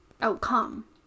outcome